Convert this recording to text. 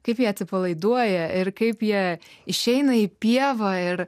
kaip jie atsipalaiduoja ir kaip jie išeina į pievą ir